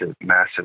massive